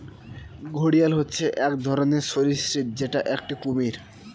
ঘড়িয়াল হচ্ছে এক ধরনের সরীসৃপ যেটা একটি কুমির